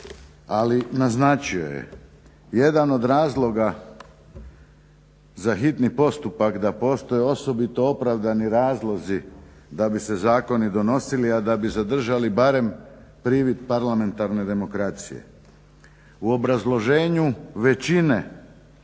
ali naznačio je. Jedan od razloga za hitni postupak da postoje osobito opravdani razlozi da bi se zakoni donosili, a da bi zadržali barem privid parlamentarne demokracije. U obrazloženju većine